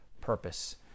purpose